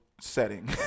setting